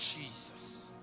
Jesus